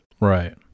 Right